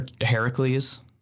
Heracles